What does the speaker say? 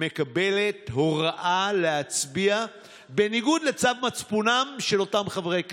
מקבלת הוראה להצביע בניגוד לצו מצפונם של אותם חברי כנסת.